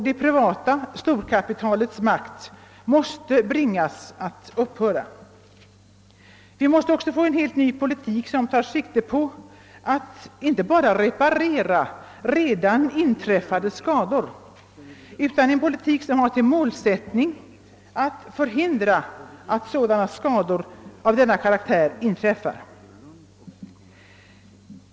Det privata storkapitalets makt måste bringas att upphöra. Vi måste få en helt ny politik som tar sikte på att inte bara reparera redan inträffade skador, utan en politik som har till målsättning att förhindra att skador av denna karaktär inträffar.